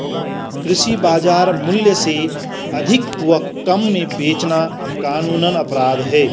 कृषि बाजार मूल्य से अधिक व कम में बेचना कानूनन अपराध है